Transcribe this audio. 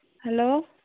hello